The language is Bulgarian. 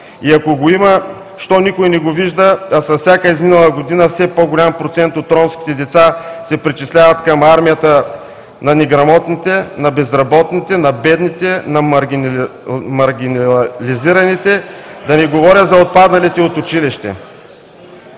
И, ако го има, защо никой не го вижда, а с всяка изминала година все по-голям процент от ромските деца се причисляват към армията на неграмотните, на безработните, на бедните, на маргинализираните, да не говоря за отпадналите от училище?